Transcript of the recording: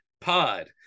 Pod